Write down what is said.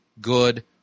good